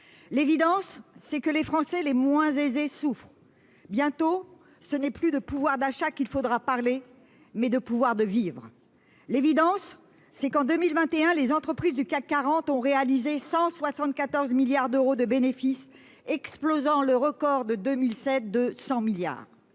L'évidence, c'est que les Français les moins aisés souffrent. Bientôt, ce n'est plus de pouvoir d'achat qu'il faudra parler, mais de pouvoir de vivre. L'évidence, c'est que, en 2021, les entreprises du CAC 40 ont réalisé 174 milliards d'euros de bénéfices, explosant le record, atteint en 2007, de 100 milliards